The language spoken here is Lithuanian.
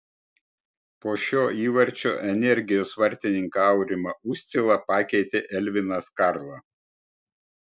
po šio įvarčio energijos vartininką aurimą uscilą pakeitė elvinas karla